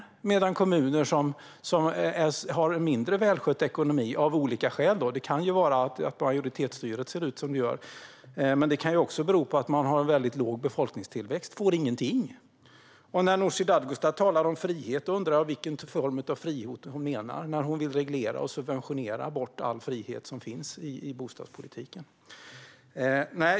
Samtidigt får kommuner som har mindre välskött ekonomi av olika skäl - det kan vara att majoritetsstyret ser ut som det gör, men det kan också bero på att man har väldigt låg befolkningstillväxt - ingenting. När Nooshi Dadgostar talar om frihet undrar jag vilken form av frihet hon menar. Hon vill reglera och subventionera bort all frihet som finns i bostadspolitiken.